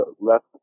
left